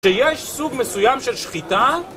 שיש סוג מסוים של שחיטה